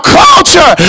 culture